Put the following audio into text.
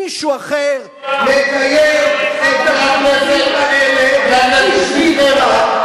מישהו אחר מקיים את הדברים האלה בשבילך,